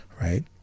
Right